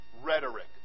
rhetoric